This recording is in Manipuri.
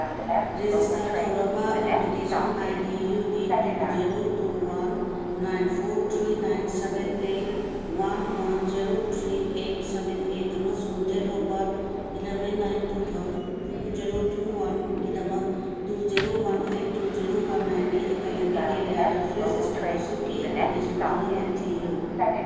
ꯔꯤꯖꯤꯁꯇꯥꯔ ꯇꯧꯔꯕ application I D U D two zero two one nine four three nine seven eight one one zero three eight seven eight ꯑꯃꯁꯨꯡ date of birth eleven nine two two zero two ꯋꯥꯟꯒꯤꯗꯃꯛ two zero one eight two zero one ꯅꯥꯏꯟꯒꯤ ꯑꯦꯀꯥꯗꯃꯤꯛ ꯑꯦꯔꯤꯌꯥꯗ ꯐ꯭ꯔꯦꯁ ꯏꯁꯀꯣꯂꯔꯁꯤꯞꯀꯤ ꯑꯦꯄ꯭ꯂꯤꯀꯦꯁꯟ ꯄꯨꯝꯅꯃꯛ ꯊꯤꯌꯨ